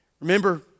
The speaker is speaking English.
Remember